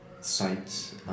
sites